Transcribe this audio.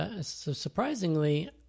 surprisingly